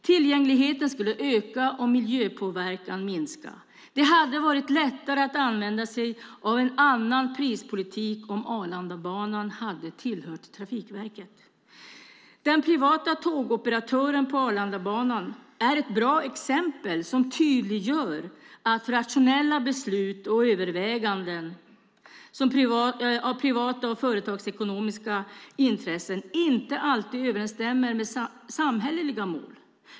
Tillgängligheten skulle öka och miljöpåverkan minska. Det hade varit lättare att använda sig av en annan prispolitik om Arlandabanan hade tillhört Trafikverket. Den privata tågoperatören på Arlandabanan är ett bra exempel som tydliggör att rationella beslut och överväganden av privata och företagsekonomiska intressen inte alltid överensstämmer med samhälleliga mål.